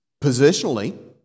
Positionally